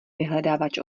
vyhledávač